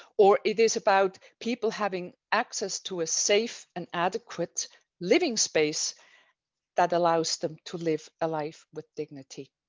or it is about people having access to a safe and adequate living space that allows them to live a life with dignity.